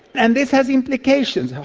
and this has implications.